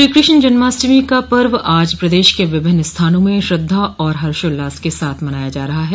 श्री कृष्ण जन्माष्टमी का पर्व आज प्रदेश के विभिन्न स्थानों में श्रद्धा और हर्षोल्लास के साथ मनाया जा रहा है